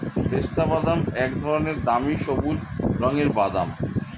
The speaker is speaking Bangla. পেস্তাবাদাম এক ধরনের দামি সবুজ রঙের বাদাম